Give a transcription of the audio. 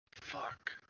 Fuck